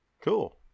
Cool